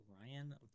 Ryan